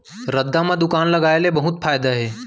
रद्दा म दुकान लगाय ले बहुत फायदा हे